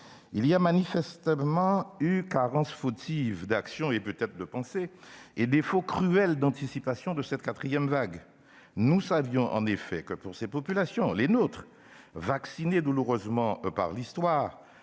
il y a eu manifestement carence fautive d'action- et peut-être de pensée -et défaut cruel d'anticipation de cette quatrième vague. Nous savions en effet que, pour ces populations, les nôtres, « vaccinées » douloureusement par l'Histoire,